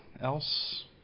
else